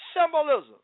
symbolism